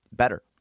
Better